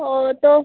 ও তো